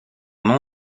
nom